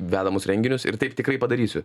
vedamus renginius ir taip tikrai padarysiu